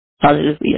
Hallelujah